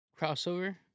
crossover